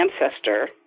ancestor